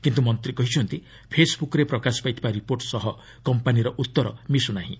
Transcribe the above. କିନ୍ତୁ ମନ୍ତ୍ରୀ କହିଛନ୍ତି ଫେସ୍ବୁକ୍ରେ ପ୍ରକାଶ ପାଇଥିବା ରିପୋର୍ଟ ସହ କମ୍ପାନୀର ଉତ୍ତର ମିଶୁ ନାହିଁ